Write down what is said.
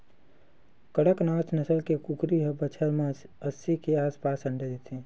कड़कनाथ नसल के कुकरी ह बछर म अस्सी के आसपास अंडा देथे